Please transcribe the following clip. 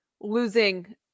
losing